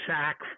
sack